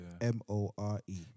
M-O-R-E